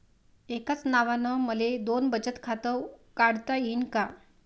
एकाच नावानं मले दोन बचत खातं काढता येईन का?